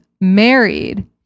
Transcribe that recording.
married